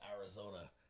arizona